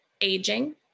aging